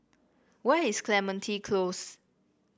where is Clementi Close